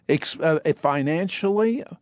financially